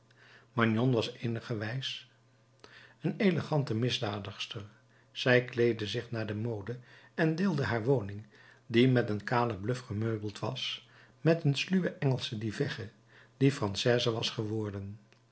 magnon was eenigerwijs een elegante misdadigster zij kleedde zich naar de mode en deelde haar woning die met een kale bluf gemeubeld was met een sluwe engelsche dievegge die française was geworden